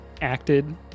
acted